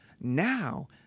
Now